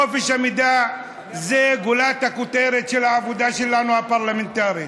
חופש המידע זה גולת הכותרת של העבודה שלנו הפרלמנטרית.